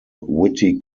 witty